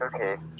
Okay